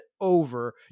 over